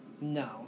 No